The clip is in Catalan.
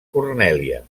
cornèlia